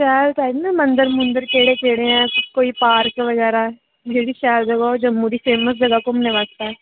शैल शैल न मंदर मुंदर केह्ड़े केह्ड़े हैन कोई पार्क बगैरा जेह्ड़ी शैल जगहा जम्मू दी फेमस जगह घूमने बास्तै